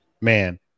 man